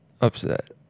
upset